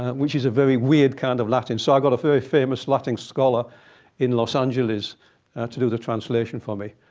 which is a very weird kind of latin. so i got a very famous latin scholar in los angeles to do the translation for me.